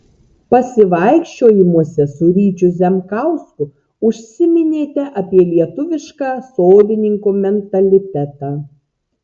pasivaikščiojimuose su ryčiu zemkausku užsiminėte apie lietuvišką sodininko mentalitetą